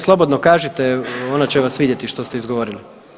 Slobodno kažite ona će vas vidjeti što ste izgovorili.